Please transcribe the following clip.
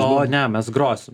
o ne mes grosim